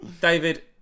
David